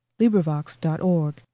LibriVox.org